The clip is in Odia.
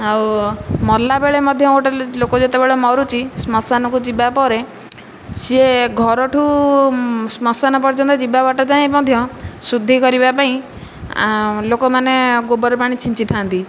ଆଉ ମଲାବେଳେ ମଧ୍ୟ ଗୋଟିଏ ଲୋକ ଯେତେବେଳେ ମରୁଛି ଶ୍ମଶାନକୁ ଯିବାପରେ ସେ ଘରଠୁ ଶ୍ମଶାନ ପର୍ଯ୍ୟନ୍ତ ଯିବା ବାଟ ଯାଏ ମଧ୍ୟ ଶୁଦ୍ଧି କରିବାପାଇଁ ଲୋକମାନେ ଗୋବର ପାଣି ଛିଞ୍ଚିଥାନ୍ତି